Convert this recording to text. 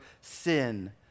sin